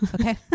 Okay